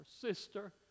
sister